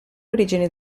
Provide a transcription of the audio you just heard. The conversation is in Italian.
origini